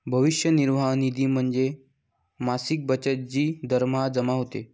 भविष्य निर्वाह निधी म्हणजे मासिक बचत जी दरमहा जमा होते